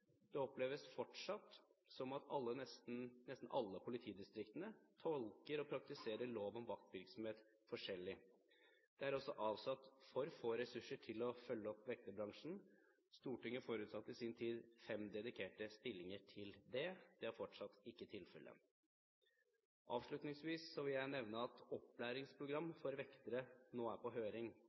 Det oppleves fortsatt som at nesten alle politidistriktene tolker og praktiserer lov om vaktvirksomhet forskjellig. Det er også avsatt for få ressurser til å følge opp vekterbransjen. Stortinget forutsatte i sin tid fem dedikerte stillinger til det, men dette er fortsatt ikke tilfellet. Avslutningsvis vil jeg nevne at opplæringsprogram for vektere nå er på høring.